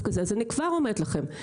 אף אחד לא עוזר להם.